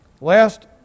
last